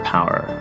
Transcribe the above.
Power